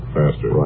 faster